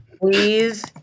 please